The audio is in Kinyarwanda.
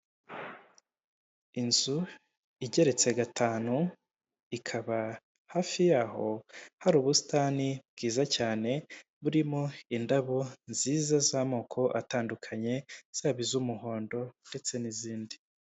Inzu igeretse gatanu ikaba hafi yaho hari ubusitani bwiza cyane burimo indabo nziza z'amoko atandukanye zaba iz'umuhondo ndetse n'izindi.